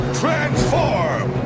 transform